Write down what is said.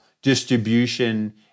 distribution